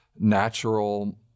natural